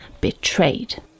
betrayed